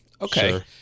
Okay